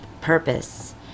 purpose